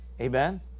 Amen